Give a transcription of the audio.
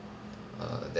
err that